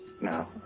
No